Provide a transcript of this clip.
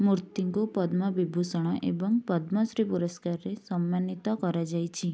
ମୂର୍ତ୍ତିଙ୍କୁ ପଦ୍ମ ବିଭୂଷଣ ଏବଂ ପଦ୍ମଶ୍ରୀ ପୁରସ୍କାରରେ ସମ୍ମାନିତ କରାଯାଇଛି